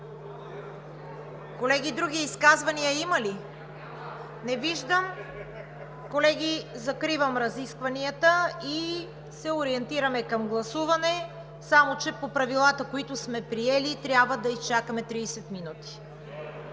Колеги, други изказвания има ли? Не виждам. Колеги, закривам разискванията и се ориентираме към гласуванията, само че по правилата, които сме приели, трябва да изчакаме 30 минути.